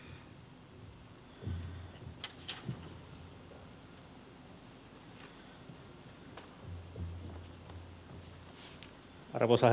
arvoisa herra puhemies